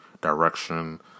direction